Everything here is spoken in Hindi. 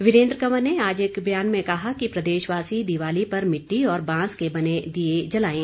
वीरेन्द्र कंवर ने आज एक बयान में कहा कि प्रदेशवासी दीवाली पर मिट्टी और बांस के बने दिए जलाएं